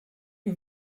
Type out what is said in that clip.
que